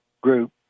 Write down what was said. group